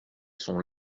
son